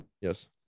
Yes